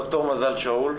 ד"ר מזל שאול,